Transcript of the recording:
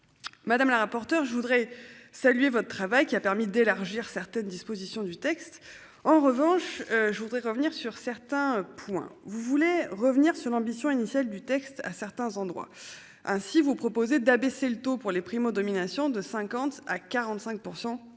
Madame la rapporteur je voudrais saluer votre travail qui a permis d'élargir certaines dispositions du texte. En revanche, je voudrais revenir sur certains points, vous voulez revenir sur l'ambition initiale du texte à certains endroits hein si vous proposer d'abaisser le taux pour les primo- domination de 50 à 45%